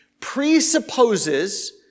presupposes